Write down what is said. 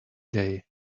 day